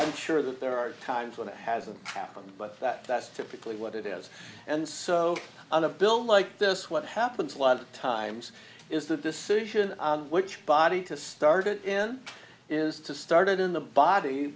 i'm sure that there are times when it hasn't happened but that that's typically what it is and so on a bill like this what happens a lot of times is the decision which body to start it in is to started in the body